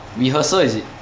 rehearsal is it